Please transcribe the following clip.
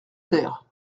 terre